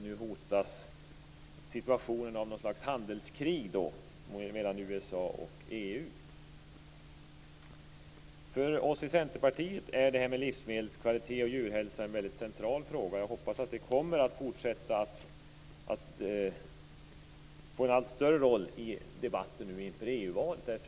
Nu hotar en situation med något slags handelskrig mellan USA och EU. För oss i Centerpartiet är livsmedelskvalitet och djurhälsa väldigt centrala frågor. Jag hoppas att de frågorna fortsätter att få en allt större roll i debatten inför EU-valet.